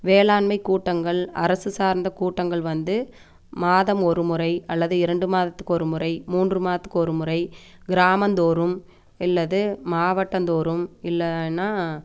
வேளாண்மை கூட்டங்கள் அரசு சார்ந்த கூட்டங்கள் வந்து மாதம் ஒரு முறை அல்லது இரண்டு மாதத்துக்கு ஒரு முறை மூன்று மாதத்துக்கு ஒரு முறை கிராமந்தோறும் அல்லது மாவட்டந்தோறும் இல்லைன்னா